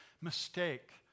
mistake